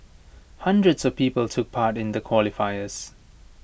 hundreds of people took part in the qualifiers